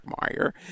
Meyer